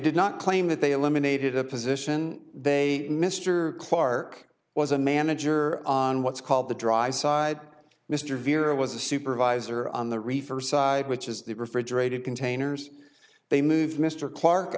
did not claim that they eliminated a position they mr clark was a manager on what's called the dry side mr vierra was a supervisor on the reverse side which is the refrigerated containers they moved mr clark